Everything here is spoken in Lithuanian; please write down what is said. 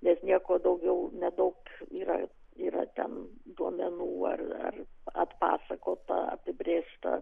nes nieko daugiau nedaug yra ten duomenų ar ar atpasakota apibrėžta